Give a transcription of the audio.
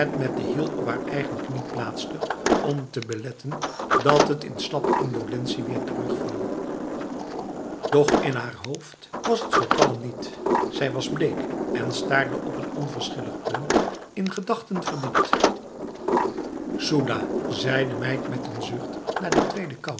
met de hiel op haar eigen knie plaatste om te beletten dat het in slappe indolentie weer terugviel doch in haar hoofd was het zo kalm niet zij was bleek en staarde op een onverschillig punt in gedachten verdiept soedahf zei de meid met een zucht na de tweede